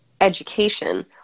education